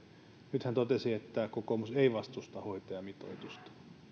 nyt hän totesi että kokoomus ei vastusta hoitajamitoitusta